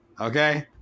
Okay